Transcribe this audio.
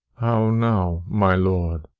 how now, my lord!